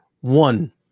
One